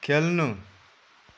खेल्नु